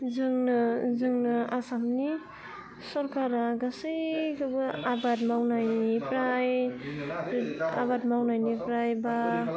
जोंनो जोंनो आसामनि सरकारा गासैखोबो आबाद मावनायनिफ्राय आबाद मावनायनिफ्राय बा